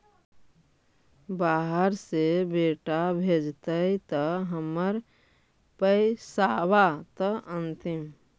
बाहर से बेटा भेजतय त हमर पैसाबा त अंतिम?